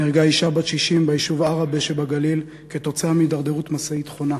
נהרגה אישה בת 60 ביישוב עראבה שבגליל כתוצאה מהתדרדרות משאית חונה.